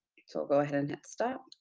we'll go ahead and hit stop.